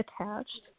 attached